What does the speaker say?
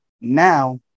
Now